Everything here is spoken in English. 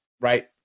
Right